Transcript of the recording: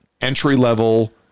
entry-level